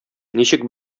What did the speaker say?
ничек